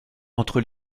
entre